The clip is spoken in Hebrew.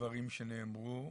הדברים שנאמרו.